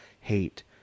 hate